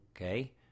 Okay